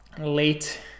late